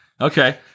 Okay